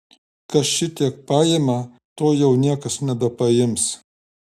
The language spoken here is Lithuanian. kas šitiek paima to jau niekas nebepaims